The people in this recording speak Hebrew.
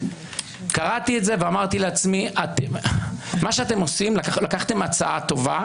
קראתי את זה ואמרתי לעצמי שלקחתם הצעה טובה